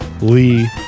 Lee